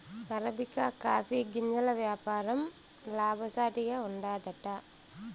arabica coffee గింజల యాపారం లాభసాటిగా ఉండాదట